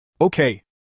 Okay